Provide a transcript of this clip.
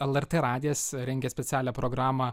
lrt radijas rengia specialią programą